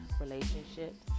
relationships